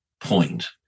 point